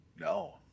No